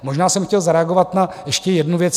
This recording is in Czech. Možná jsem chtěl zareagovat na ještě jednu věc.